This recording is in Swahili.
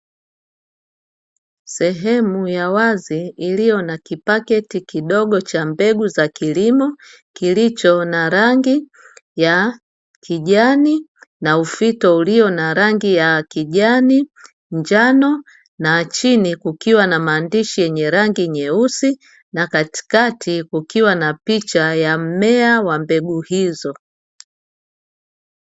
Sehemu ya wazi iliyo na paketi ndogo ya mbegu za kilimo ambayo ina rangi ya kijani na ufito ulio na rangi ya kijani, njano na chini kukiwa na maandishi yenye rangi nyeusi na katikati kukiwa na picha ya mmea wa mbegu hizo.